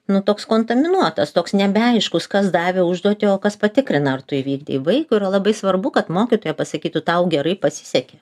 nu toks kontaminuotas toks nebeaiškus kas davė užduotį o kas patikrina ar tu įvykdei vaikui yra labai svarbu kad mokytoja pasakytų tau gerai pasisekė